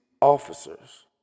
officers